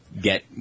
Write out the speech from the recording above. get